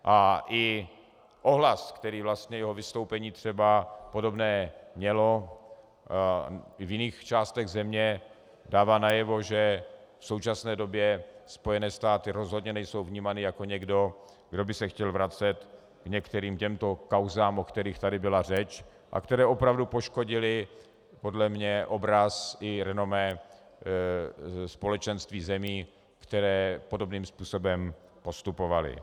A i ohlas, který vlastně jeho vystoupení třeba podobné mělo i v jiných částech země, dává najevo, že v současné době Spojené státy rozhodně nejsou vnímány jako někdo, kdo by se chtěl vracet k některým těmto kauzám, o kterých tady byla řeč a které opravdu poškodily podle mě obraz i renomé společenství zemí, které podobným způsobem postupovaly.